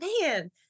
man